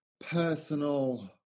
personal